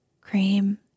cream